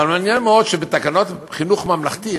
אבל מעניין מאוד שבתקנות חינוך ממלכתי,